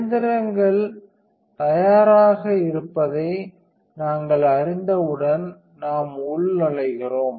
இயந்திரங்கள் தயாராக இருப்பதை நாங்கள் அறிந்தவுடன் நாம் உள்நுழைகிறோம்